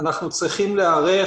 אנחנו צריכים להיערך,